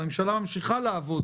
הממשלה ממשיכה לעבוד